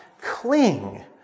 cling